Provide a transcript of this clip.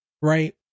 right